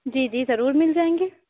جی جی ضرور مل جائیں گے